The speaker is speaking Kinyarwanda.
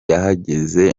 yahageze